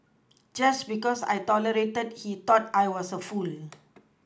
just because I tolerated he thought I was a fool